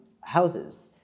houses